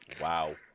wow